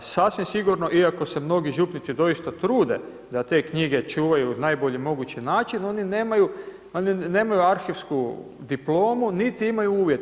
Sasvim sigurno, iako se mnogi župnici doista trude da te knjige čuvaju na najbolji mogući način, oni nemaju arhivsku diplomu niti imaju uvjete.